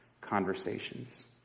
conversations